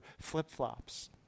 flip-flops